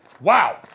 wow